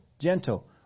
gentle